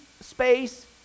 space